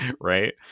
right